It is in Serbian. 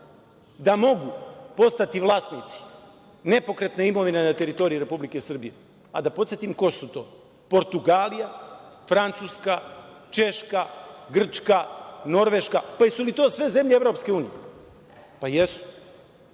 da mogu postati vlasnici nepokretne imovine na teritoriji Republike Srbije. Da podsetim ko su to – Portugalija, Francuska, Češka, Grčka, Norveška. Da li su to sve zemlje EU? Jesu.